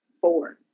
four